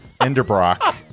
Enderbrock